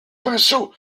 pinceau